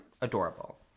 adorable